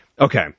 okay